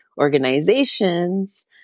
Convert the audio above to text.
organizations